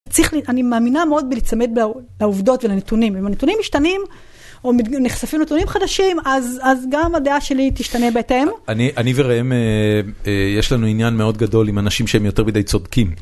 אני מאמינה מאוד בלהיצמד לעובדות ולנתונים, אם הנתונים משתנים או נחשפים נתונים חדשים אז גם הדעה שלי היא תשתנה בהתאם. אני וראם יש לנו עניין מאוד גדול עם אנשים שהם יותר מדי צודקים.